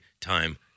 time